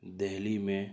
دہلی میں